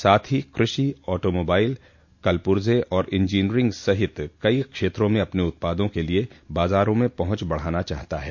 साथ ही कृषि ऑटोमोबाइल कलपुर्जे और इंजीनियरिंग सहित कई क्षेत्रों में अपने उत्पादों के लिए बाजारों में पहुंच बढ़ाना चाहता है